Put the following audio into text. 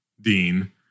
Dean